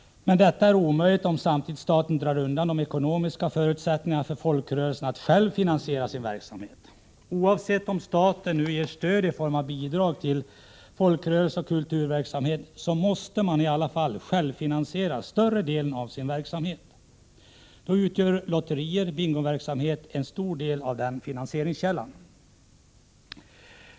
Men detta är omöjligt, om staten samtidigt drar undan de ekonomiska förutsättningarna för folkrörelserna att själva finansiera sin verksamhet. Oavsett om staten ger stöd i form av bidrag till folkrörelser och kulturverksamhet, måste den verksamheten i alla fall till största delen självfinansieras. Då utgör lotterier och bingoverksamhet en stor del av finansieringskällan.